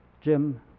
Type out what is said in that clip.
jim